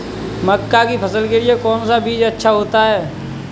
मक्का की फसल के लिए कौन सा बीज अच्छा होता है?